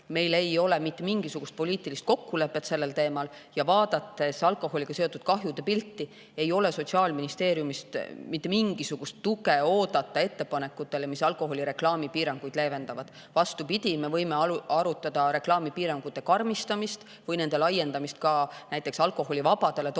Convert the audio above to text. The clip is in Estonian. meil ei ole mitte mingisugust poliitilist kokkulepet sellel teemal. Vaadates alkoholiga seotud kahjude pilti, ei ole Sotsiaalministeeriumist oodata mitte mingisugust tuge ettepanekutele alkoholireklaami piiranguid leevendada. Vastupidi, me võime arutada reklaamipiirangute karmistamist või nende laiendamist ka näiteks alkoholivabadele toodetele,